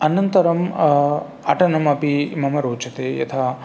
अनन्तरम् अटनमपि मम रोचते यथा